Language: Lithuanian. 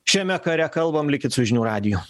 šiame kare kalbam likit su žinių radiju